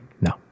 no